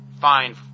Fine